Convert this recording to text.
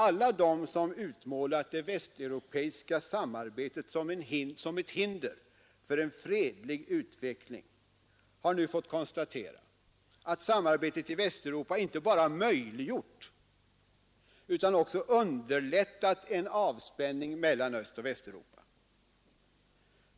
Alla de som utmålat det västeuropeiska samarbetet som ett hinder för en fredlig utveckling har nu fått konstatera, att samarbetet i Västeuropa inte bara möjliggjort utan också underlättat en avspänning mellan Östoch Västeuropa.